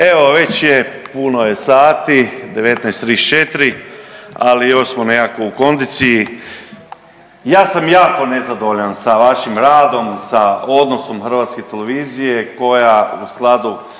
Evo već je puno je sati 19,34 ali još smo nekako u kondiciji. Ja sam jako nezadovoljan sa vašim radom, sa odnosom HTV-a koja u skladu